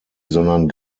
sondern